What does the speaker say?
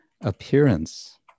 appearance